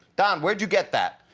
don, where'd you get that?